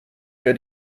wer